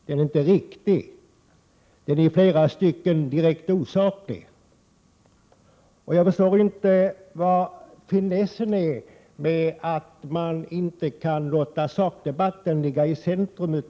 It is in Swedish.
I flera hänseenden är denna bild direkt felaktig. Jag förstår inte vad det är för finess med att inte låta sakdebatten stå i centrum.